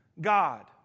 God